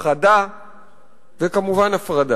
הפחדה וכמובן הפרדה.